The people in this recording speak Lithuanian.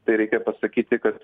tai reikia pasakyti kad